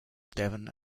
devon